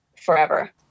forever